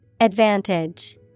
Advantage